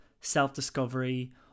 self-discovery